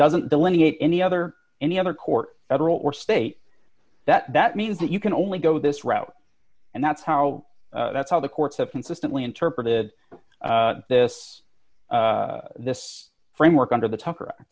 doesn't delineate any other any other court federal or state that that means that you can only go this route and that's how that's how the courts have consistently interpreted this this framework under